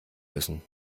müssen